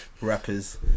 rappers